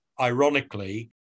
ironically